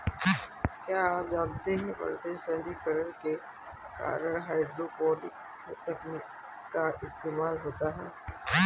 क्या आप जानते है बढ़ते शहरीकरण के कारण हाइड्रोपोनिक्स तकनीक का इस्तेमाल होता है?